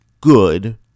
good